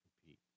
compete